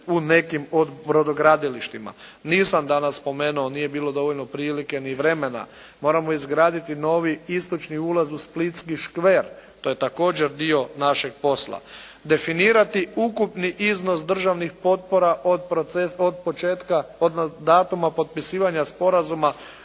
u nekim od brodogradilištima. Nisam danas spomenuo, nije bilo dovoljno prilike ni vremena, moramo izgraditi novi istočni ulaz u splitski škver, to je također dio našeg posla, definirati ukupni iznos državnih potpora od početka, od datuma potpisivanja Sporazuma